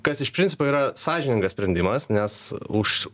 kas iš principo yra sąžiningas sprendimas nes už